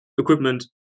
equipment